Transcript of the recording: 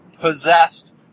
possessed